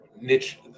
niche